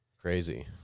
crazy